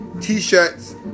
t-shirts